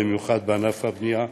במיוחד בענף הבנייה,